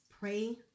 pray